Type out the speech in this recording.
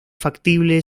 factible